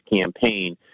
campaign